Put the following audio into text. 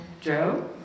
Joe